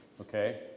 Okay